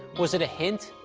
was it a hint,